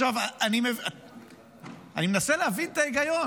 אני מנסה להבין את ההיגיון.